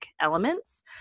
elements